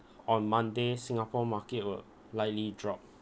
on monday singapore market will likely drop